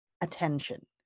attention